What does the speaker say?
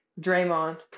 Draymond